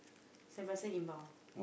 send parcel inbound